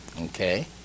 Okay